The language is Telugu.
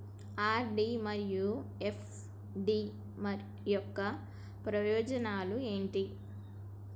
ఆర్.డి మరియు ఎఫ్.డి యొక్క ప్రయోజనాలు ఏంటి?